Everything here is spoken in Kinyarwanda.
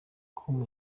com